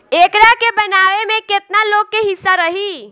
एकरा के बनावे में केतना लोग के हिस्सा रही